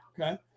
Okay